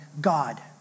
God